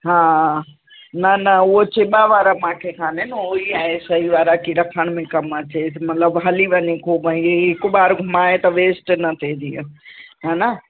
हा न न उहो चिॿा वारा मांखे काननि उहो ई आहे सही वारा कि रखण में कमु अचे मतलबु हली वञे को भई हिकु बार घुमाए त वेस्ट न थिए जीअं हा न